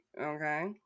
okay